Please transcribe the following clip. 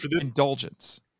indulgence